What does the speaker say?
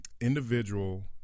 individual